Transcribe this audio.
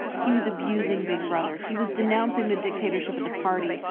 he was abusing big brother, he was denouncing the dictatorship of the party,